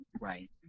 right